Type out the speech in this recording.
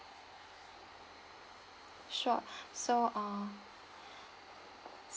sure so ah